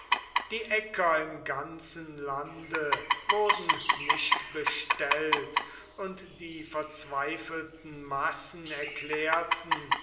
die äcker im ganzen lande wurden nicht bestellt und die verzweifelten massen erklärten